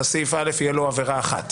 לסעיף קטן (א) תהיה עבירה אחת.